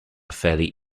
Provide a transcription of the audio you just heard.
fairly